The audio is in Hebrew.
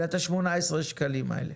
אלא את ה-18 שקלים האלה,